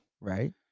Right